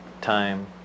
time